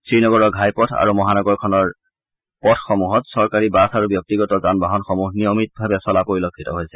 শ্ৰীনগৰৰ ঘাই পথ আৰু মহানগৰখনৰ পথসমূহত চৰকাৰী বাছ আৰু ব্যক্তিগত যান বাহনসমূহ নিয়মিতভাৱে চলা পৰিলক্ষিত হৈছে